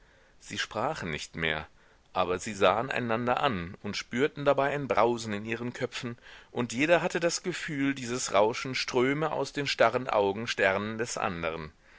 sie sprachen nicht mehr aber sie sahen einander an und spürten dabei ein brausen in ihren köpfen und jeder hatte das gefühl dieses rauschen ströme aus den starren augensternen des anderen